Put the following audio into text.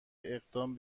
اقدام